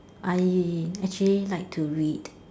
I actually like to read